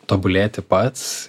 tobulėti pats